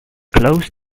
close